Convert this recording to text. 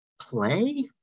play